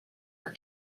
for